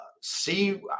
see